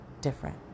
different